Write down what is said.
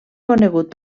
conegut